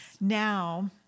Now